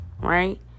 right